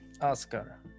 Oscar